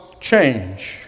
change